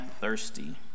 thirsty